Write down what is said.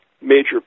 Major